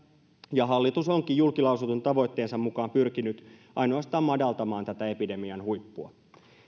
ja hallitus onkin julkilausutun tavoitteensa mukaan pyrkinyt ainoastaan madaltamaan tätä epidemian huippua